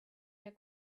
der